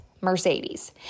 Mercedes